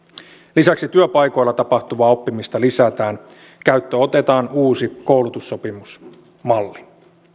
lisäksi työpaikoilla tapahtuvaa oppimista lisätään käyttöön otetaan uusi koulutussopimusmalli